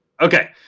Okay